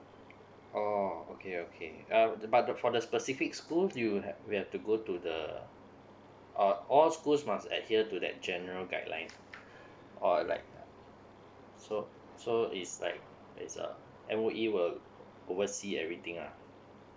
oh okay okay uh the but the for the specific schools you ha~ we have to go to the uh all schools must adhere to that general guideline or like so so is like it's uh M_O_E will oversee everything ah